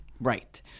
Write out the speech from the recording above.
Right